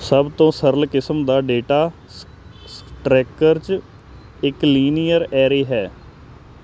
ਸਭ ਤੋਂ ਸਰਲ ਕਿਸਮ ਦਾ ਡੇਟਾ ਸਟ੍ਰਕਚਰ ਇੱਕ ਲੀਨੀਅਰ ਐਰੇ ਹੈ